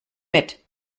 mit